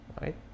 Right